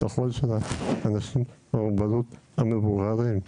הקול של האנשים המבוגרים עם המוגבלויות.